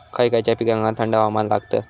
खय खयच्या पिकांका थंड हवामान लागतं?